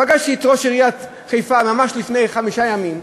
פגשתי את ראש עיריית חיפה ממש לפני חמישה ימים,